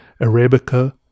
Arabica